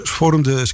vormde